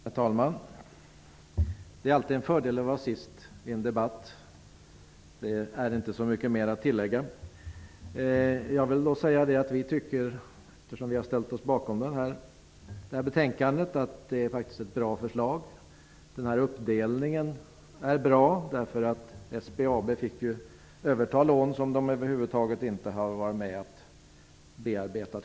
Herr talman! Det är alltid en fördel att vara sist i en debatt. Då finns det inte så mycket mer att tillägga. Eftersom vi har ställt oss bakom hemställan i detta betänkande vill jag säga att det faktiskt är ett bra förslag. Uppdelningen är bra, eftersom SBAB får överta lån som man över huvud taget inte själv har varit med om att bearbeta.